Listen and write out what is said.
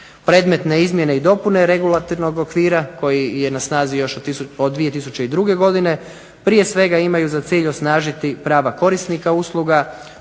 Predmetne izmjene i dopune regulatornog okvira koji je na snazi još od 2002. godine prije svega imaju za cilj osnažiti prava korisnika usluga,